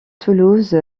toulouse